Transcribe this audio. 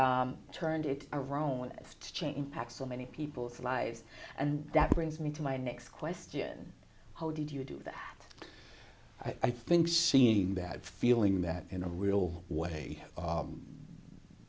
turned it around to change pack so many people's lives and that brings me to my next question how did you do that i think seeing that feeling that in a real way